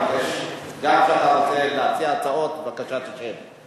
ואני מבקש, גם כשאתה רוצה להציע הצעות, בבקשה תשב.